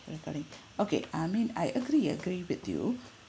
recording okay I mean I agree agree with you